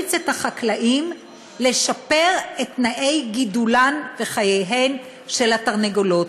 שתמריץ את החקלאים לשפר את תנאי גידולן וחייהן של התרנגולות,